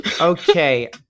Okay